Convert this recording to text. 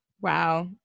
Wow